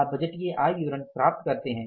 आप बजटीय आय विवरण प्राप्त करते हैं